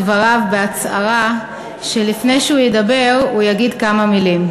דבריו בהצהרה שלפני שהוא ידבר הוא יגיד כמה מילים.